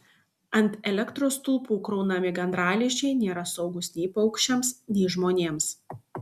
ant elektros stulpų kraunami gandralizdžiai nėra saugūs nei paukščiams nei žmonėms